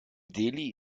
delhi